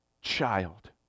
child